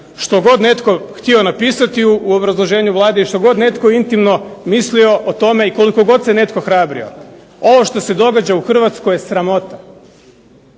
što god netko htio napisati u obrazloženju Vladi i što god netko intimno mislio o tome i koliko god se netko hrabrio ovo što se događa u Hrvatskoj je sramota,